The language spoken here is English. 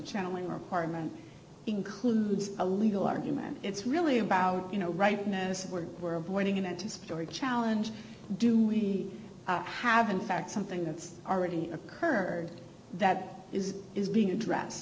channeling requirement includes a legal argument it's really about you know right medicine we're were avoiding an anticipatory challenge do we have in fact something that's already occurred that is is being address